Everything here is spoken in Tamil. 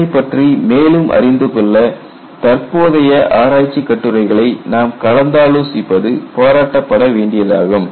இதனைப் பற்றி மேலும் அறிந்து கொள்ள தற்போதைய ஆராய்ச்சிக் கட்டுரைகளை நாம் கலந்தாலோசிப்பது பாராட்டப்பட வேண்டியதாகும்